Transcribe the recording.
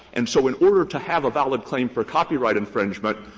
and so in order to have a valid claim for copyright infringement,